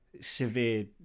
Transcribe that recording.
severe